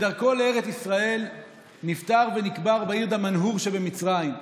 בדרכו לארץ ישראל נפטר ונקבר בעיר דמנהור שבמצרים.